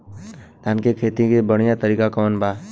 धान के खेती के बढ़ियां तरीका कवन बा?